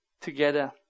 together